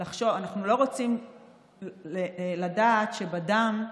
אנחנו לא רוצים לדעת שבדם,